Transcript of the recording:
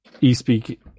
E-Speak